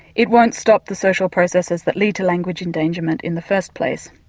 it won't stop the social processes that lead to language endangerment in the first place.